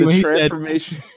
transformation